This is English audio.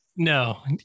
No